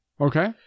Okay